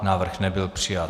Návrh nebyl přijat.